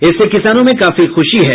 इससे किसानों में काफी खुशी है